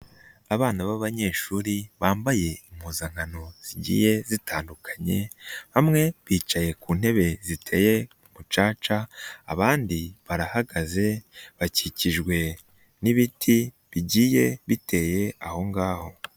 Abana b'abanyeshuri bambaye impuzankano zigiye zitandukanye. Bamwe bicaye ku ntebe ziteye mu mucaca abandi barahagaze bakikijwe n'ibiti bigiye biteye aho ngaho.